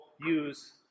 use